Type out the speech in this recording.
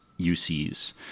UCs